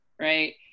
right